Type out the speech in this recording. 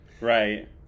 Right